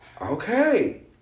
Okay